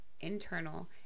internal